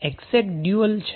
હવે આ exact dual છે